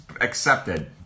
accepted